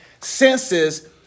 senses